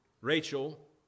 Rachel